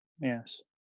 Yes